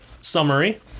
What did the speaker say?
summary